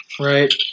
Right